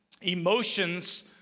emotions